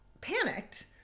panicked